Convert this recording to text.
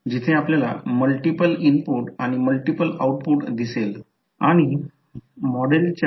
म्हणजे येथून हे कृपया येथून काढा येथून हे काढा आपण येथून k v l लागू करतो आणि v i1 साठी ते सोडवतो